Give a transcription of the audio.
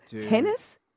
Tennis